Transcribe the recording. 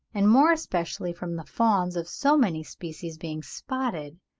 and more especially from the fawns of so many species being spotted,